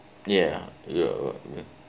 ya ya